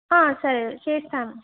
ఆ సరే చేస్తానండి